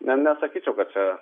ne nesakyčiau kad čia